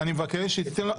אני מבקש שתיתן לו.